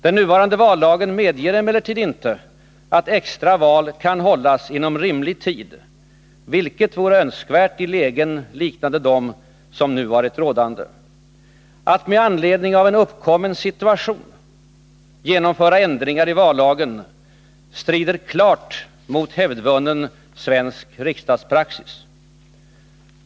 Den nuvarande vallagen medger emellertid inte att extra val kan hållas inom rimlig tid, vilket vore önskvärt i lägen liknande dem som nu varit rådande. Att med anledning av en uppkommen situation genomföra ändringar i vallagen strider klart mot hävdvunnen svensk riksdagspraxis.